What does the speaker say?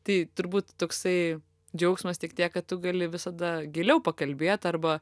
tai turbūt toksai džiaugsmas tik tiek kad tu gali visada giliau pakalbėt arba